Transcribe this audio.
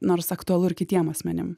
nors aktualu ir kitiem asmenim